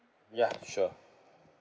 ya sure